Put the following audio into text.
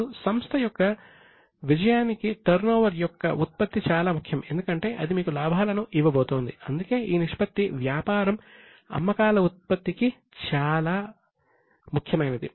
ఇప్పుడు సంస్థ యొక్క విజయానికి టర్నోవర్ యొక్క ఉత్పత్తి చాలా ముఖ్యం ఎందుకంటే అది మీకు లాభాలను ఇవ్వబోతోంది అందుకే ఈ నిష్పత్తి వ్యాపారం అమ్మకాల ఉత్పత్తికి చాలా ముఖ్యమైనది